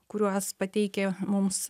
kuriuos pateikė mums